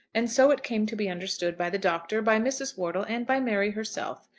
and so it came to be understood by the doctor, by mrs. wortle, and by mary herself,